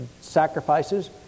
sacrifices